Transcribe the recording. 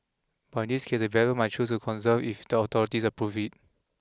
but in this case the developer might choose to conserve if the authorities approve it